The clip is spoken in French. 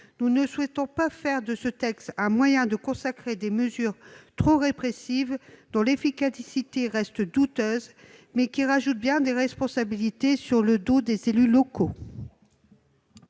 nous ne souhaitons pas faire de ce texte un moyen de consacrer des mesures trop répressives, dont l'efficacité reste douteuse, et qui ajoutent bien des responsabilités sur le dos des élus locaux.